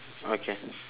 okay